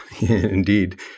Indeed